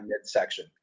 midsection